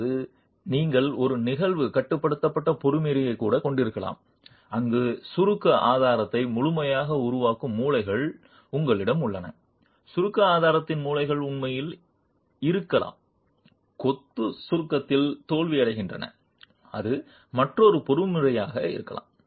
அல்லது நீங்கள் ஒரு நெகிழ்வு கட்டுப்படுத்தப்பட்ட பொறிமுறையைக் கூட கொண்டிருக்கலாம் அங்கு சுருக்க ஆதாரத்தை முழுமையாக உருவாகும் மூலைகள் உங்களிடம் உள்ளன சுருக்க ஆதாரத்தின் மூலைகள் உண்மையில் இறுக்கலாம் கொத்து சுருக்கத்தில் தோல்வியடைகின்றன அது மற்றொரு பொறிமுறையாக இருக்கலாம்